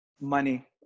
money